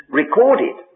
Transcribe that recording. recorded